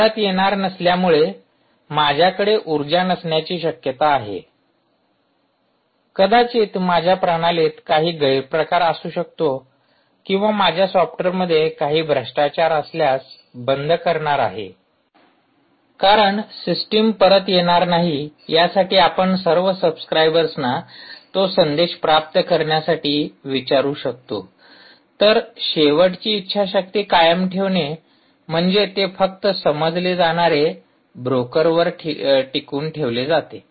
मी परत येणार नसल्यामुळे माझ्याकडे उर्जा नसण्याची शक्यता आहे कदाचित माझ्या प्रणालीत काही गैरप्रकार असू शकतो किंवा मी माझ्या सॉफ्टवेअरमध्ये काही भ्रष्टाचार असल्यास बंद करणार आहे कारण सिस्टम परत येणार नाही यासाठी आपण सर्व सबस्क्राइबर्सना तो संदेश प्राप्त करण्यासाठी विचारू शकतो तर शेवटची इच्छाशक्ती कायम ठेवणे म्हणजे ते फक्त समजले जाणारे ब्रोकरवर टिकवून ठेवले जाते